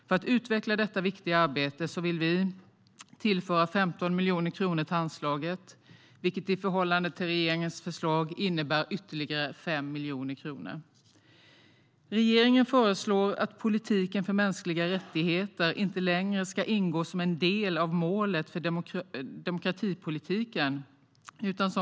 För att utveckla detta viktiga arbete vill vi tillföra 15 miljoner kronor till anslaget, vilket i förhållande till regeringens förslag innebär ytterligare 5 miljoner kronor. Regeringen föreslår att politiken för mänskliga rättigheter inte längre ska ingå som en del av målet för demokratipolitiken.